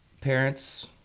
parents